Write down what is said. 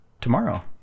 tomorrow